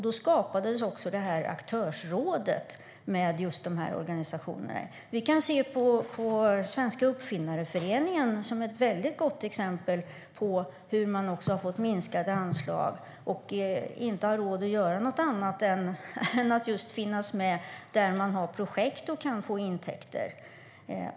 Då skapades också detta aktörsråd med just dessa organisationer. Svenska Uppfinnareföreningen är ett mycket gott exempel på en förening som har fått minskade anslag och inte har råd att göra något annat än att just finnas med där man har projekt och kan få intäkter.